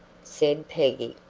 said peggy.